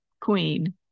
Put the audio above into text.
queen